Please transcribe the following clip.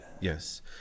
yes